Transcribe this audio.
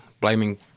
blaming